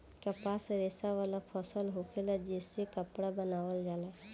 कपास रेशा वाला फसल होखेला जे से कपड़ा बनावल जाला